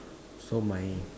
so my